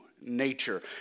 nature